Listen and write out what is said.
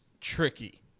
tricky